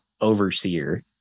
overseer